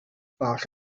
bach